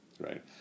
right